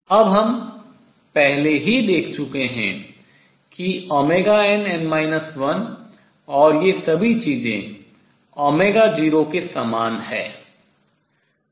अब हम पहले ही देख चुके हैं कि nn 1 और ये सभी चीजें 0 के समान हैं